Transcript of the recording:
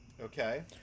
Okay